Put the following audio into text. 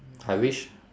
I wish